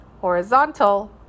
horizontal